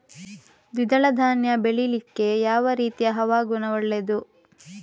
ದ್ವಿದಳ ಧಾನ್ಯ ಬೆಳೀಲಿಕ್ಕೆ ಯಾವ ರೀತಿಯ ಹವಾಗುಣ ಒಳ್ಳೆದು?